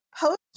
post